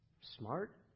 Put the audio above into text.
Smart